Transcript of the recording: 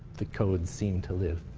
the codes seem to live.